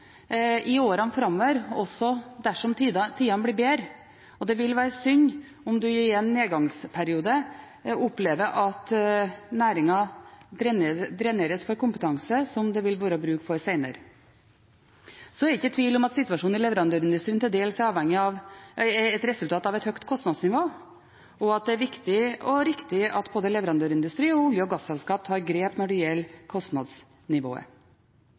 i årene framover, også dersom tidene blir bedre, og det vil være synd om man i en nedgangsperiode opplever at næringen dreneres for kompetanse som det vil være bruk for seinere. Det er ikke tvil om at situasjonen i leverandørindustrien til dels er et resultat av et høyt kostnadsnivå, og at det er viktig og riktig at både leverandørindustri og olje- og gasselskap tar grep når det gjelder kostnadsnivået.